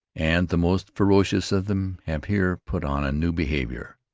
and the most ferocious of them have here put on a new behavior.